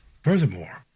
Furthermore